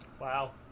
Wow